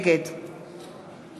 נגד אברהים צרצור, אינו נוכח